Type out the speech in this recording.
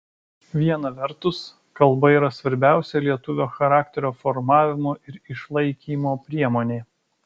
viena vertus kalba yra svarbiausia lietuvio charakterio formavimo ir išlaikymo priemonė